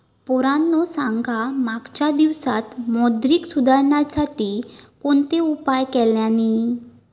पोरांनो सांगा मागच्या दिवसांत मौद्रिक सुधारांसाठी कोणते उपाय केल्यानी?